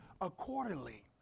accordingly